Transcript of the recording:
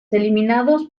eliminados